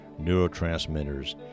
neurotransmitters